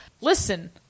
listen